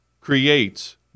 creates